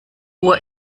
uhr